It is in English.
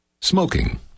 Smoking